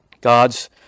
God's